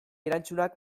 erantzunak